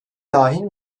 dahil